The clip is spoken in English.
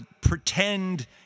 pretend